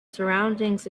surroundings